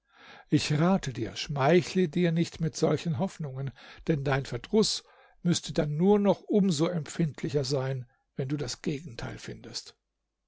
ich rate dir schmeichle dir nicht mit solchen hoffnungen denn dein verdruß müßte dann nur noch um so empfindlicher sein wenn du das gegenteil findest